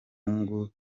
umuhungu